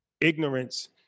ignorance